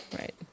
Right